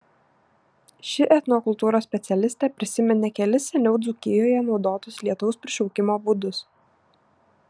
ši etnokultūros specialistė prisiminė kelis seniau dzūkijoje naudotus lietaus prišaukimo būdus